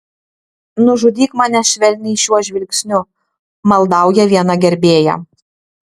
nužudyk mane švelniai šiuo žvilgsniu maldauja viena gerbėja